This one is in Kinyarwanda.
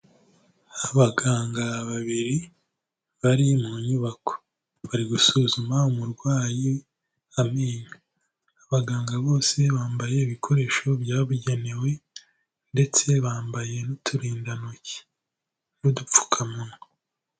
Abaganga babiri bari mu nyubako, bari gusuzuma umurwayi amenyo, abaganga bose bambaye ibikoresho byabugenewe ndetse bambaye n'uturindantoki n'udupfukamunwa.